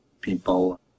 people